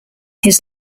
his